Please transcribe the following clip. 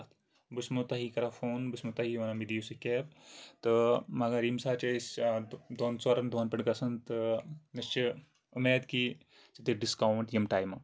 بہٕ چھُسو تۄہی کران فون بہٕ چھُسو تۄہی وَنان مےٚ دِیو سا کیب تہٕ مَگر ییٚمہِ ساتہٕ چھِ أسۍ دۄن ژورَن دۄہن پٮ۪ٹھ گژھن تہٕ أسۍ چھِ اُمید کہِ ژٕ دِکھ ڈِسکاوُنٛٹ ییٚمہِ ٹایمہٕ